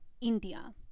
India